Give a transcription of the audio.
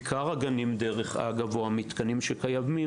עיקר הגנים או המתקנים שקיימים,